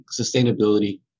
sustainability